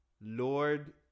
lord